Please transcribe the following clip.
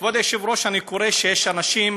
כבוד היושב-ראש, אני קורא שיש אנשים